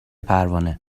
پروانه